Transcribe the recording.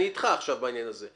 אני אתך עכשיו בעניין הזה.